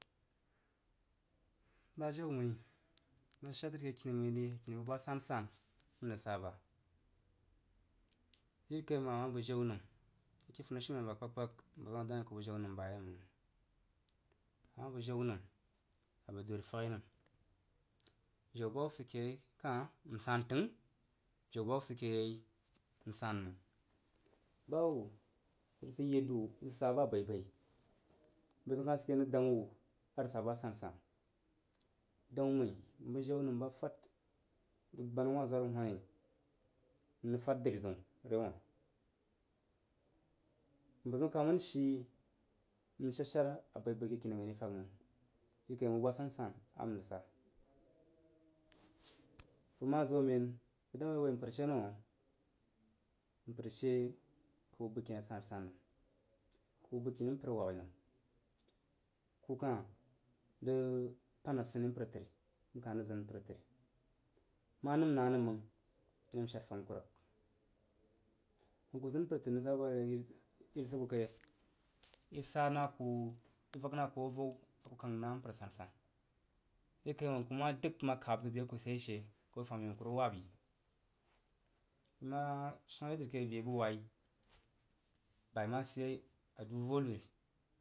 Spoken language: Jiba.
Ba jau məi rəg shad shar təri ke kini məi ri akini buba sansan a n rəg saba. Jirikai məng a ma bəg jau nəm ke funishiumen ba həm kpag kpag mpər zəun a dang wuin ku bəg jau nəm bayei məg ama bəg jau nəm a bəg dori fash nəm jau ba hub sid ke yei n san təg jau ba hub sid ke yei n sanməg ba hub rəg sid yed wu usa ba baibai mpərzəu kah jid ke yei n rəg deng wuh arəg saba sansan. Daun m məi n bəg jau nən ba rəg fad dub gbanawah zworhuhani n rəg fad dri zəun. Mpər zəun kah mən shi n shad shar abai aba ke kini məiri fag məng jiri kai məng bu basan san a rəg saba. Rəg zo man bəg dan wuin a woi mprərshe nəm, mpərshe ku bəg baskini a san san nəm. Ku bəg bəgkini mpər wab'i nəm ku kan rəg pan asini mpər təi nkah rəgzin mpər təri n kah rəgzin mpər təri ma nəm na nəm məng l nəm shad fam kurəg bəg ku zin mpər tər n rəg sa bubashe isig ku kai i səg sa na ku i vag na ku avau a ku kang ba san san jirikai məg ku ma dəg ma kabziw be a ku sid ye she, ku bəi fam yi məng ku rəg wab yi i ma shang re drike be bu wai ba, ma sid yei ku du vo nuri.